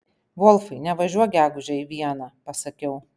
volfai nevažiuok gegužę į vieną pasakiau